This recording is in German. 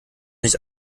nicht